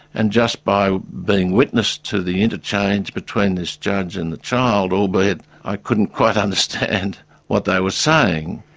and just by being witness to the interchange between this judge and the child, albeit i couldn't quite understand what they were saying,